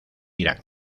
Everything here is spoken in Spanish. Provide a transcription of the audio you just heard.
irán